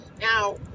Now